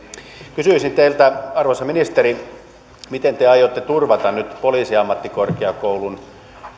kysyisin teiltä arvoisa ministeri miten te aiotte turvata nyt poliisiammattikorkeakoulun